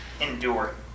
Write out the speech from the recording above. endure